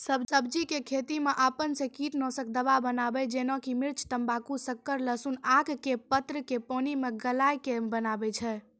सब्जी के खेती मे अपन से कीटनासक दवा बनाबे जेना कि मिर्च तम्बाकू शक्कर लहसुन आक के पत्र के पानी मे गलाय के बनाबै छै?